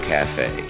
Cafe